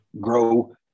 grow